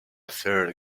third